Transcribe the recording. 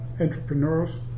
entrepreneurs